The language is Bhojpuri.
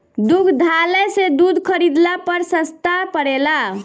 दुग्धालय से दूध खरीदला पर सस्ता पड़ेला?